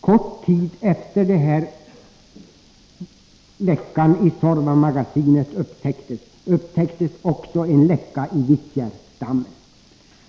Kort tid efter det att läckan i Suorvamagasinet upptäcktes, upptäcktes en läcka i Vittjärvsdammen.